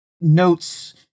notes